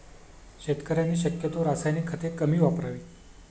शेतकऱ्यांनी शक्यतो रासायनिक खते कमी वापरावीत